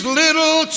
little